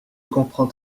comprends